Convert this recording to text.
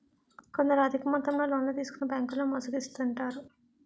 కొందరు అధిక మొత్తంలో లోన్లు తీసుకొని బ్యాంకుల్లో మోసగిస్తుంటారు